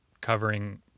covering